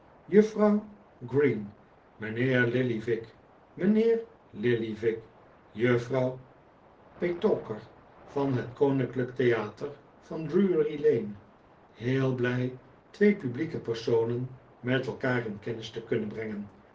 juffrouw green mijnheer lillyvick mijnheer lillyvick juffrouw petowker van het koninklijke theater van drury lane heel blij twee publieke personen met elkaar in kennis te kunnen brengen